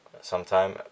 sometime